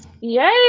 Yay